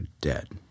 Dead